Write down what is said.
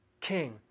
king